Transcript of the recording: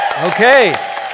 Okay